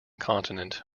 continent